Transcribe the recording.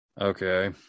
Okay